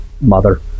mother